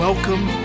Welcome